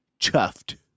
Chuffed